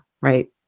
Right